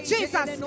Jesus